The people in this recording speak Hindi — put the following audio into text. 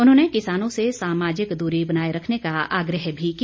उन्होंने किसानों से सामाजिक दूरी बनाए रखने का आग्रह भी किया